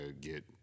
get